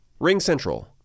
RingCentral